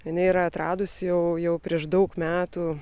jinai yra atradusi jau jau prieš daug metų